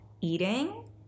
eating